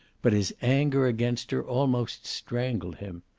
but his anger against her almost strangled him.